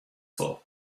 for